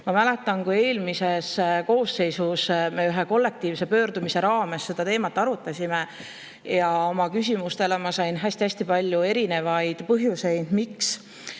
Ma mäletan, et eelmises koosseisus me ühe kollektiivse pöördumise raames seda teemat arutasime ja [vastuseks] oma küsimustele ma sain hästi-hästi palju erinevaid põhjuseid, miks